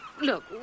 look